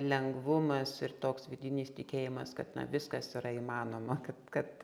lengvumas ir toks vidinis tikėjimas kad na viskas yra įmanoma kad